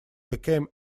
became